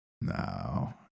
no